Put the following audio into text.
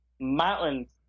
mountains